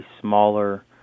smaller